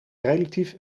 relatief